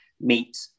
meet